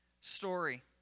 story